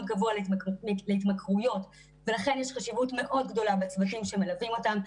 גבוה להתמכרויות ולכן יש חשיבות מאוד גדולה בצוותים שמלווים אותם.